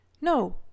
No